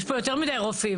את זה צריך לעצור,